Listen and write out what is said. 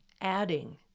adding